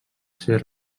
ser